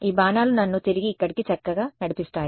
ఈ బాణాలు నన్ను తిరిగి ఇక్కడకు చక్కగా నడిపిస్తాయి